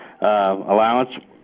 Allowance